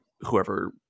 whoever